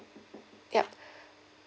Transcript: yup